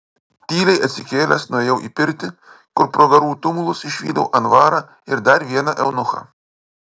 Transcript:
tyliai atsikėlęs nuėjau į pirtį kur pro garų tumulus išvydau anvarą ir dar vieną eunuchą